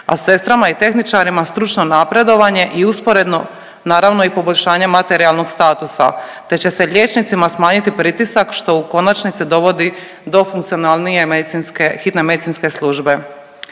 a sestrama i tehničarima stručno napredovanje i usporedno naravno i poboljšanje materijalnog statusa, te će se liječnicima smanjiti pritisak što u konačnici dovodi do funkcionalnije medicinske, hitne medicinske službe.